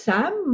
Sam